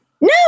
No